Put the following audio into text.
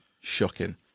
Shocking